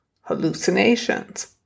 hallucinations